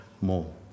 more